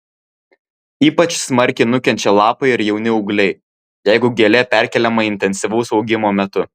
ypač smarkiai nukenčia lapai ir jauni ūgliai jeigu gėlė perkeliama intensyvaus augimo metu